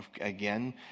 again